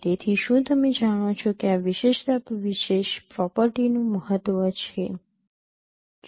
તેથી શું તમે જાણો છો કે આ વિશેષતા વિશેષ પ્રોપર્ટીનું મહત્વ છે